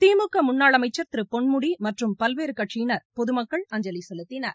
திமுக முன்னாள் அமைச்சர் திரு பொன்முடி மற்றும் பல்வேறு கட்சியினர் பொதுமக்கள் அஞ்சலி செலுத்தினர்